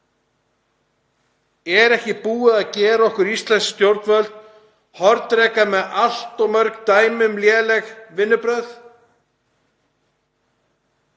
Er ekki búið að gera íslensk stjórnvöld hornreka með allt of mörg dæmi um léleg vinnubrögð?